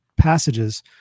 Passages